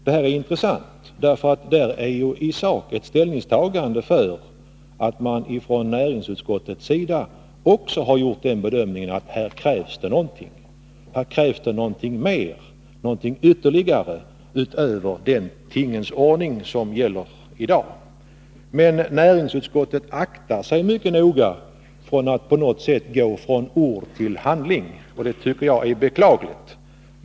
Det här är intressant, för det innebär att näringsutskottet i sak tagit ställning för att det här krävs någonting utöver den tingens ordning som gäller i dag. Men näringsutskottet aktar sig mycket noga för att gå från ord till handling, och det tycker jag är beklagligt.